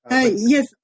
Yes